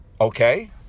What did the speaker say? Okay